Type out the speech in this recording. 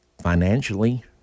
Financially